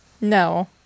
no